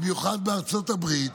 במיוחד בארצות הברית,